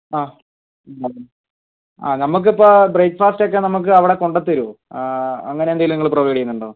ആ ആ നമുക്കിപ്പോൾ ബ്രേക്ക്ഫാസ്റ്റൊക്കെ നമുക്ക് അവിടെ കൊണ്ടുത്തരുമോ അങ്ങനെയെന്തെങ്കിലും നിങ്ങൾ പ്രൊവൈഡ് ചെയ്യുന്നുണ്ടോ